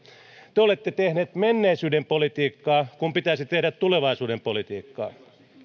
te olette tehneet menneisyyden politiikkaa kun pitäisi tehdä tulevaisuuden politiikkaa